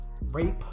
rape